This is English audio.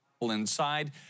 inside